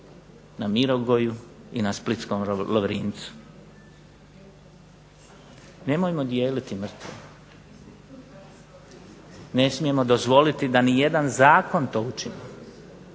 na Mirogoju i na splitskom Lovrincu. Nemojmo dijeliti mrtve. Ne smijemo dozvoliti da ni jedan zakon to učini.